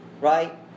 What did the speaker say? right